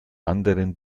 anderen